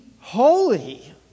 holy